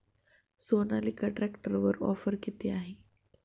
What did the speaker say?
सोनालिका ट्रॅक्टरवर ऑफर किती आहे?